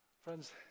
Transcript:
Friends